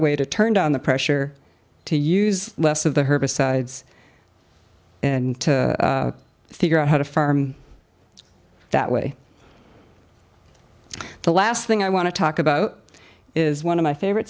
a way to turn down the pressure to use less of the herbicides and to figure out how to farm that way the last thing i want to talk about is one of my favorite